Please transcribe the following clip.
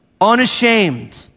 unashamed